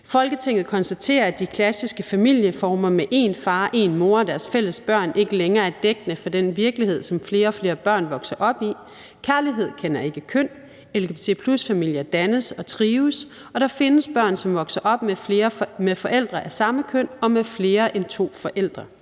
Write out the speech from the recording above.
»Folketinget konstaterer, at de klassiske familieformer med én far, én mor og deres fælles børn ikke længere er dækkende for den virkelighed, som flere og flere børn vokser op i. Kærlighed kender ikke køn, lgbt+-familier dannes og trives, og der findes børn, som vokser op med forældre af samme køn og med flere end to forældre.